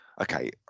Okay